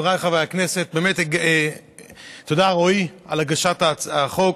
חבריי חברי הכנסת, תודה, רועי, על הגשת החוק.